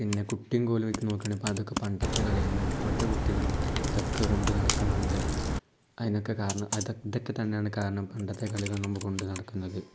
പിന്നെ കുട്ടീം കോലും ഒക്കെ നോക്കണെങ്കിൽ ഇപ്പം അതൊക്കെ പണ്ടത്തെ കളിയാണ് ഇപ്പോഴത്തെ കുട്ടികളും അതൊക്കെ കൊണ്ടു നടക്കുന്നുണ്ട് അതിനൊക്കെ കാരണം അതോ ഇതൊക്കെ തന്നാണ് കാരണം പണ്ടത്തെ കളികൾ നമ്മൾ കൊണ്ടു നടക്കുന്നത്